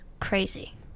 crazy